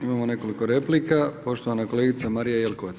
Imamo nekoliko replika, poštovana kolegica Marija Jelkovac.